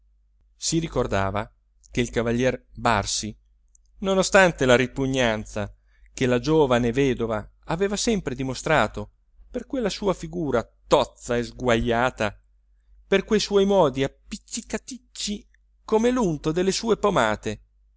si ricordava che il cavalier barsi nonostante la ripugnanza che la giovane vedova aveva sempre dimostrato per quella sua figura tozza e sguajata per quei suoi modi appiccicaticci come l'unto delle sue pomate